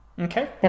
Okay